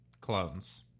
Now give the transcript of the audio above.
clones